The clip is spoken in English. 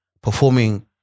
performing